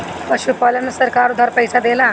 पशुपालन में सरकार उधार पइसा देला?